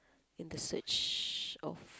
in the search of